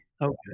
Okay